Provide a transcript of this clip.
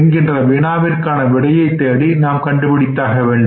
என்கின்ற வினாவிற்கான விடையை தேடி கண்டுபிடித்தாக வேண்டும்